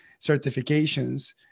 certifications